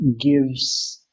gives